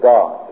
God